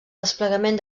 desplegament